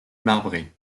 marbrée